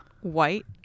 white